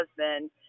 husband